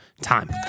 time